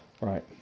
Right